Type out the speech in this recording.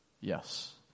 Yes